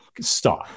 stop